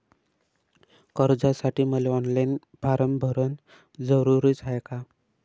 कर्जासाठी मले online form भरन जरुरीच हाय का?